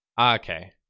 okay